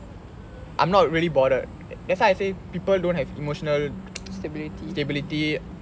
I'm not really bothered that's why I say people don't have emotional stability